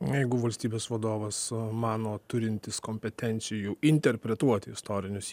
jeigu valstybės vadovas mano turintis kompetencijų interpretuoti istorinius